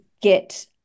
get